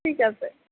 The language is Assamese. ঠিক আছে